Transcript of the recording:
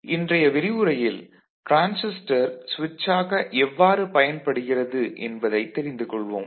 ஆக இன்றைய விரிவுரையில் டிரான்சிஸ்டர் சுவிட்ச் ஆக எவ்வாறு பயன்படுகிறது என்பதைத் தெரிந்து கொள்வோம்